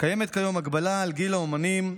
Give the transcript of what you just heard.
קיימת כיום הגבלה על גיל האומנים,